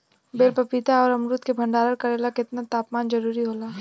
बेल पपीता और अमरुद के भंडारण करेला केतना तापमान जरुरी होला?